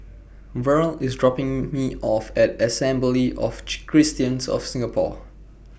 Verl IS dropping Me off At Assembly of Christians of Singapore